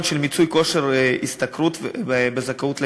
של מיצוי כושר השתכרות בזכאות לדירה.